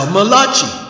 Malachi